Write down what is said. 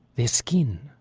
their skin.